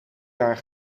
jaar